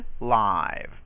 Live